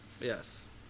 Yes